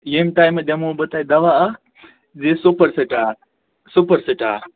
ییٚمۍ ٹایمہٕ دِمو بہٕ تۄہہِ دوا اکھ سُپر سِٹار سُپر سِٹار